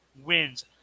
wins